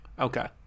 Okay